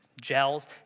gels